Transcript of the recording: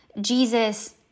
Jesus